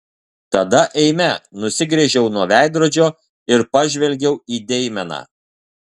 tada eime nusigręžiau nuo veidrodžio ir pažvelgiau į deimeną